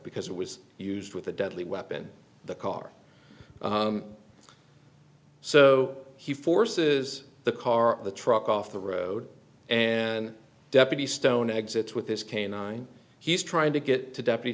because it was used with a deadly weapon the car so he forces the car the truck off the road and deputy stone exits with his canine he's trying to get to de